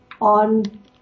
on